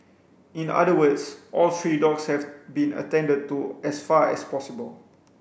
in other words all three dogs have been attended to as far as possible